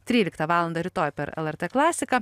tryliktą valandą rytoj per lrt klasiką